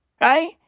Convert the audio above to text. Right